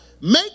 Make